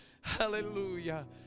Hallelujah